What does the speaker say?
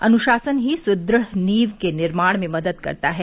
अनुशासन ही सुदृढ़ नींव के निर्माण में मदद करता है